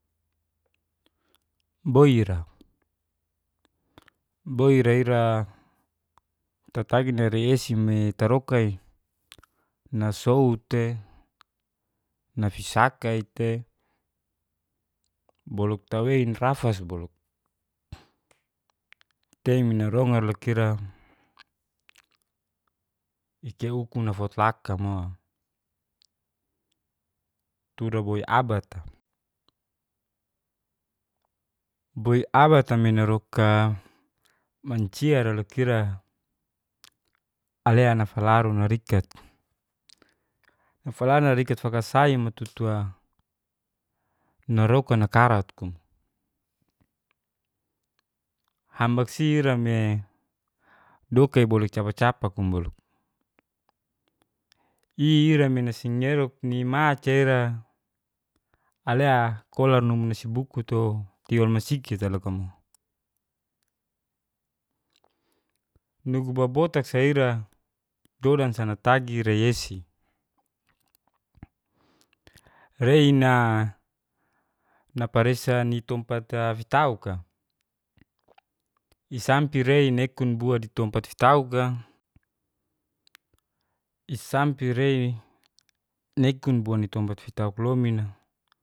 Boira, boira ira tatagi narayesime taroka'i naso tei. nafisakai tei, boluk tawein frafas boluk. Tei minarongara lakira, ikeuku nafotlakamo turaboi abata. Boi abata minaroka manciara lakira alea nafalaru narikat. Nafalaru narikat fagasaimo tutua naroka nakaratkum, hambaksiram'e doke bole capak-capakum walo. I'ira minasingerukni'ma caira alea kolan nugu nasibuku to kiwal masikita loka mo. Nugu babotaksa ira dodansa natagirayesi, reina naparesa nitompat'a fitauka isampe rei nekunbua ditompat fitauka, isampe rei nekunbua ditompat fitau lomin'a